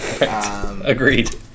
Agreed